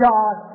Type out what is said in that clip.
God